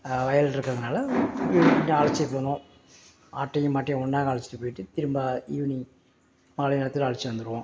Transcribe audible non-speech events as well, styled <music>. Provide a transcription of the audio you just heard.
வயல் இருக்கிறதுனால <unintelligible> அழைச்சிட்டு போகணும் ஆட்டையும் மாட்டையும் ஒன்றாக அழைச்சிட்டு போயிட்டு திரும்ப ஈவினிங் மாலை நேரத்தில் அழைச்சிட்டு வந்துடுவோம்